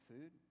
food